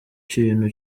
ikintu